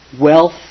wealth